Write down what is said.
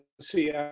see